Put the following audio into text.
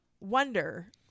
wonder –